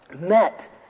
met